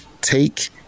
take